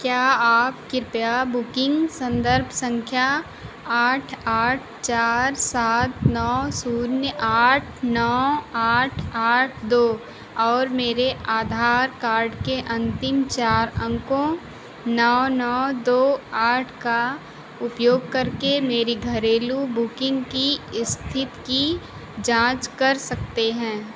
क्या आप कृपया बुकिन्ग सन्दर्भ सँख्या आठ आठ चार सात नौ शून्य आठ नौ आठ आठ दो और मेरे आधार कार्ड के अन्तिम चार अंकों नौ नौ दो आठ का उपयोग करके मेरी घरेलू बुकिन्ग की इस्थिति की जाँच कर सकते हैं